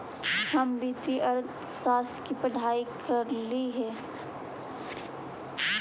हम वित्तीय अर्थशास्त्र की पढ़ाई करली हे